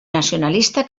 nacionalista